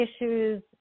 issues